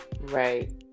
right